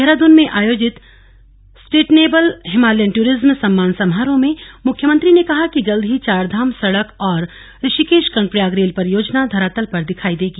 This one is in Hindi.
देहरादून में आयोजित सस्टेनेबल हिमालयन दूरिज्म सम्मान समारोह में मुख्यमंत्री ने कहा कि जल्द ही चारधाम सड़क व ऋषिकेश कर्णप्रयाग रेल परियोजना धरातल पर दिखाई देगी